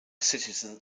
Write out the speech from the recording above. citizen